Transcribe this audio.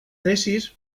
tesis